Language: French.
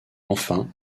enfin